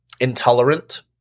intolerant